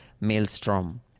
maelstrom